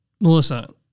Melissa